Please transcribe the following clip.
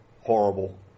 horrible